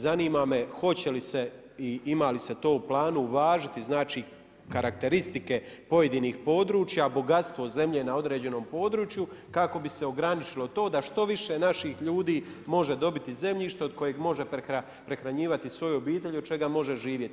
Zanima me hoće li se i ima li se to u planu uvažiti, znači, karakteristike pojedinih područja, bogatstvo zemlje na određenom području, kako bi se ograničilo to da što više naših ljudi može dobiti zemljište, od kojeg može prehranjivati svoju obitelj i od čega može živjeti.